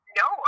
no